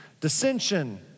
dissension